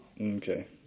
Okay